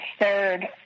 third